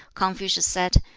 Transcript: confucius said,